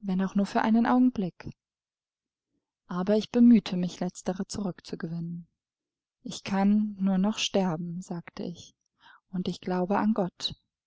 wenn auch nur für einen augenblick aber ich bemühte mich letztere zurückzugewinnen ich kann nur noch sterben sagte ich und ich glaube an gott